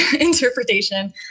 interpretation